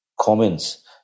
comments